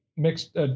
mixed